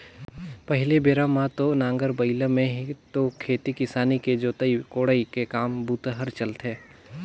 पहिली बेरा म तो नांगर बइला में ही तो खेती किसानी के जोतई कोड़ई के काम बूता हर चलथे